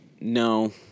No